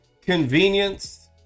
convenience